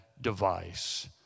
device